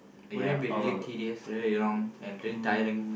wouldn't it be really tedious really long and really tiring